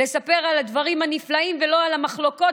לספר על הדברים הנפלאים ולא על המחלוקות